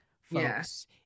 folks